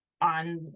on